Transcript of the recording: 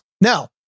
Now